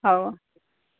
ହଉ